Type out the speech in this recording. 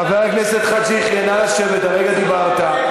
חבר הכנסת חאג' יחיא, נא לשבת, הרגע דיברת.